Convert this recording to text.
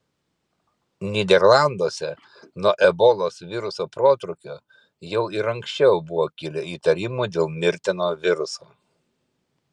nyderlanduose nuo ebolos viruso protrūkio jau ir anksčiau buvo kilę įtarimų dėl mirtino viruso